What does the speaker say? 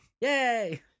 Yay